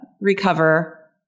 recover